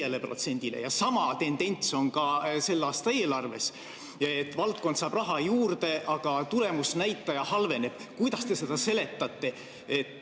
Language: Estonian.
Ja sama tendents on ka selle aasta eelarves: valdkond saab raha juurde, aga tulemusnäitaja halveneb. Kuidas te seda seletate?